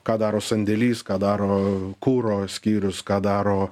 ką daro sandėlys ką daro kuro skyrius ką daro